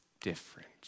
different